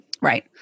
right